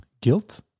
guilt